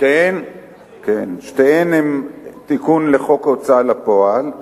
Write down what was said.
שתיהן הן תיקון לחוק ההוצאה לפועל,